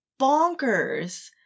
bonkers